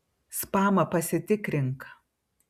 spamą pasitikrink